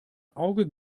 auge